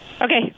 Okay